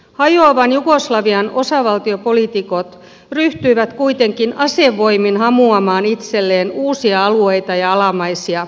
hajoavan jugoslavian osavaltiopoliitikot ryhtyivät kuitenkin asevoimin hamuamaan itselleen uusia alueita ja alamaisia